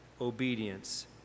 obedience